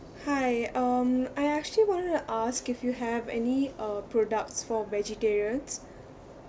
hi um I actually wanted to ask if you have any uh products for vegetarians